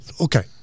okay